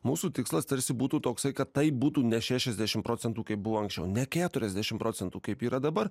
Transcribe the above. mūsų tikslas tarsi būtų toksai kad tai būtų ne šešiasdešim procentų kaip buvo anksčiau ne keturiasdešim procentų kaip yra dabar